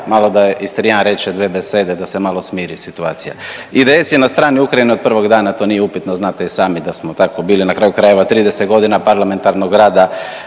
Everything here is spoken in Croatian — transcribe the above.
malo da Istrijan reče dve besede da se malo smiri situacija. IDS je na strani Ukrajine od prvog dana, to nije upitno, znate i sami da smo tako bili na kraju krajeva 30 godina parlamentarnog rada